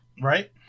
right